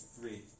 three